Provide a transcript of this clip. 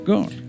God